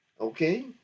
okay